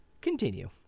Continue